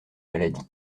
maladie